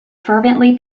fervently